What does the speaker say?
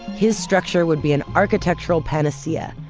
his structure would be an architectural panacea.